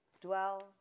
dwell